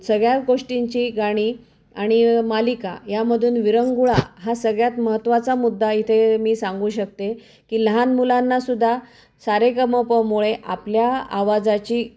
सगळ्या गोष्टींची गाणी आणि मालिका यामधून विरंगुळा हा सगळ्यात महत्त्वाचा मुद्दा इथे मी सांगू शकते की लहान मुलांना सुद्धा सारेगमपमुळे आपल्या आवाजाची